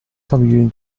familien